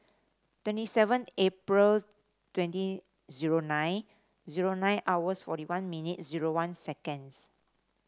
twenty seven April twenty zero nine zero nine hours forty one minutes zero one seconds